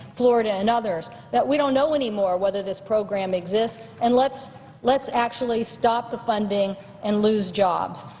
florida, and others, that we don't know anymore whether this program exists and let's let's actually stop the funding and lose jobs.